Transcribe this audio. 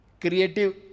Creative